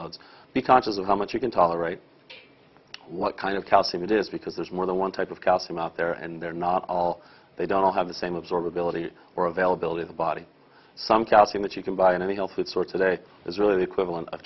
loads be conscious of how much you can tolerate what kind of calcium it is because there's more than one type of calcium out there and they're not all they don't all have the same observability or availability of the body some calcium that you can buy in any health food store today is really the equivalent of